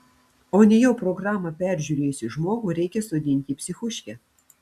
o nejau programą peržiūrėjusį žmogų reikia sodinti į psichuškę